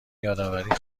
یادآوری